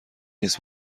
نیست